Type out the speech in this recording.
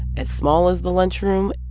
as small as the lunchroom